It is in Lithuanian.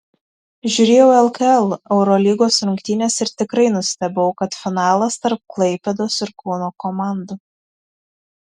žiūrėjau lkl eurolygos rungtynes ir tikrai nustebau kad finalas tarp klaipėdos ir kauno komandų